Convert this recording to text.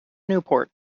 newport